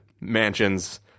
mansions